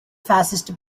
fascist